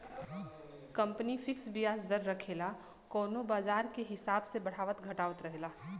company fix बियाज दर रखेला कउनो बाजार के हिसाब से बढ़ावत घटावत रहेला